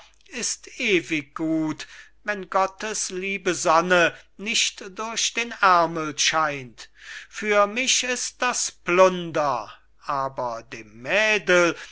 ist ewig gut wenn gottes liebe sonne nicht durch den ärmel scheint für mich ist das plunder aber dem mädel